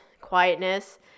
quietness